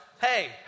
hey